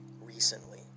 recently